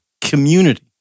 community